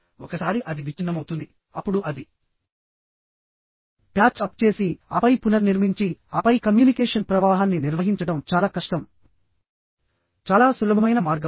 ఒకసారి అది విచ్ఛిన్నమవుతుంది అప్పుడు అది ప్యాచ్ అప్ చేసి ఆపై పునర్నిర్మించి ఆపై కమ్యూనికేషన్ ప్రవాహాన్ని నిర్వహించడం చాలా కష్టం చాలా సులభమైన మార్గం